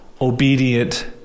obedient